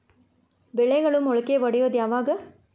ಬೆಳೆಗಳು ಮೊಳಕೆ ಒಡಿಯೋದ್ ಯಾವಾಗ್?